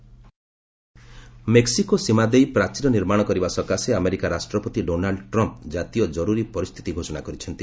US Trump Mexico ସୀମା ଦେଇ ପ୍ରାଚୀର ନିର୍ମାଣ କରିବା ସକାଶେ ଆମେରିକା ରାଷ୍ଟ୍ରପତି ଡୋନାଲ୍ଡ ଟ୍ରମ୍ପ ଜାତୀୟ ଜରୁରୀ ପରିସ୍ଥିତି ଘୋଷଣା କରିଛନ୍ତି